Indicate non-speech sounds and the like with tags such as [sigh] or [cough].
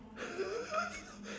[laughs]